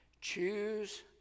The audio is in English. Choose